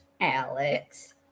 Alex